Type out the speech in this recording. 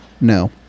no